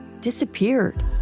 disappeared